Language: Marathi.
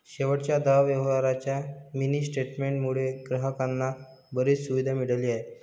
शेवटच्या दहा व्यवहारांच्या मिनी स्टेटमेंट मुळे ग्राहकांना बरीच सुविधा मिळाली आहे